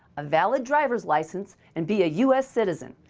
a valid driver's license and be a u s. citizen,